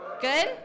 Good